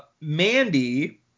Mandy